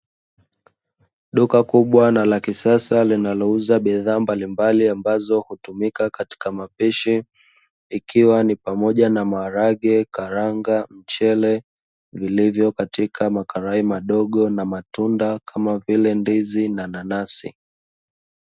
Duka kubwa na la kisasa linalouza bidhaa mbalimbali ambazo hutumika katika mapishi ikiwa ni pamoja na maharage, karanga mchele vilivyo katika makarai madogo na matunda kama vile ndizi na nanasi.